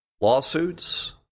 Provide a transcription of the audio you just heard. lawsuits